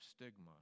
stigma